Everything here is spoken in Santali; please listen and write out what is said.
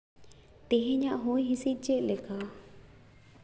ᱛᱮᱦᱮᱧᱟᱜ ᱦᱚᱭ ᱦᱤᱸᱥᱤᱫ ᱪᱮᱫ ᱞᱮᱠᱟ